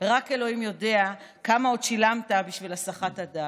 רק אלוהים יודע כמה עוד שילמת בשביל הסחת הדעת.